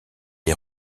des